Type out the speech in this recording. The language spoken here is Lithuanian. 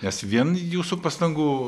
nes vien jūsų pastangų